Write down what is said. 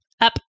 Up